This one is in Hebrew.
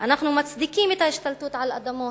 אנחנו מצדיקים את ההשתלטות על אדמות,